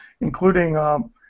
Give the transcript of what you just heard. including